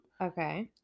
okay